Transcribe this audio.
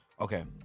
Okay